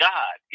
God